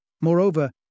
Moreover